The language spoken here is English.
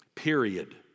period